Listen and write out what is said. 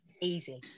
Easy